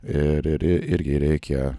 ir ir irgi reikia